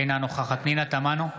אינה נוכחת פנינה תמנו,